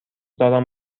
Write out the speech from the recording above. دارم